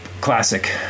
classic